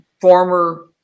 former